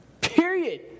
period